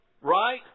Right